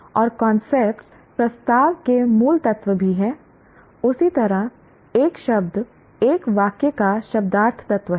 और कांसेप्ट प्रस्ताव के मूल तत्व भी हैं उसी तरह एक शब्द एक वाक्य का शब्दार्थ तत्व है